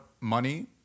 money